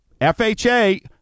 FHA